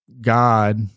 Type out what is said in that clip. God